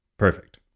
Perfect